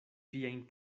viajn